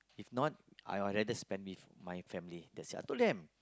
if not I will rather spend with my family that's it I told them